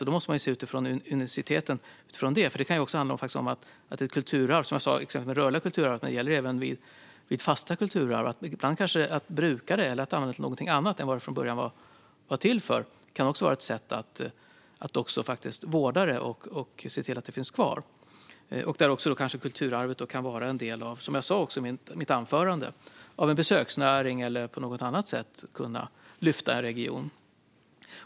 Då måste man se utifrån uniciteten. Det kan till exempel handla om att det rörliga kulturarvet men även fasta kulturarv används till något annat än vad de från början var till för. Det kan vara ett sätt att vårda dem och se till att de finns kvar. Som jag sa i mitt anförande skulle ett kulturarv kunna vara en del av en besöksnäring eller på något annat sätt lyfta en region.